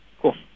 Cool